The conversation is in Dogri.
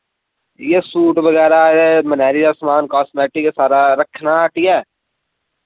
इयै सूट बगैरा एह् मनयारी दा समान कास्मैटिक सारा रक्खना हट्टियै